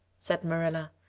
said marilla.